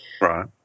Right